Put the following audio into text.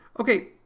Okay